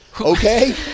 okay